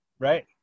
right